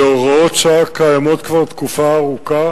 אלה הוראות שעה שקיימות כבר תקופה ארוכה